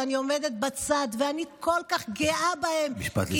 אני עומדת בצד, ואני כל כך גאה בהם, משפט לסיכום.